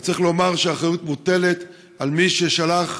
אבל צריך לומר שהאחריות מוטלת על מי ששלח